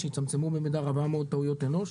שיצמצמו במידה רבה מאוד טעויות אנוש,